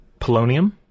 polonium